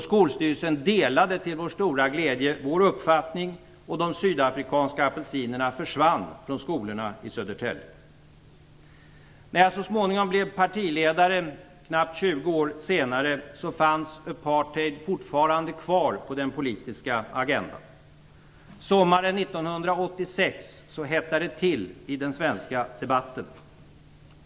Skolstyrelsen delade, till vår stora glädje, vår uppfattning, och de sydafrikanska apelsinerna försvann från skolorna i Södertälje. När jag så småningom blev partiledare knappt 20 år senare fanns apartheid fortfarande kvar på den politiska agendan. Sommaren 1986 hettade det till i den svenska debatten.